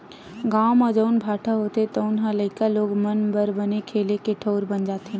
गाँव म जउन भाठा होथे तउन ह लइका लोग मन बर बने खेले के ठउर बन जाथे